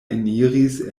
eniris